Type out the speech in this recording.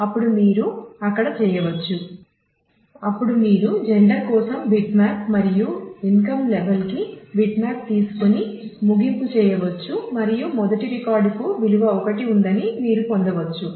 మీరు male gender ఉదాహరణ చూస్తున్నట్లయితే ఇక్కడ ఆదాయ స్థాయి L 1 వద్ద ఉన్న మేల్ జెండర్ అప్పుడు మీరు జెండర్ కోసం బిట్మ్యాప్ మరియు ఇన్కమ్ లెవెల్ కి బిట్మ్యాప్ తీసుకొని ముగింపు చేయవచ్చు మరియు మొదటి రికార్డుకు విలువ 1 ఉందని మీరు పొందవచ్చు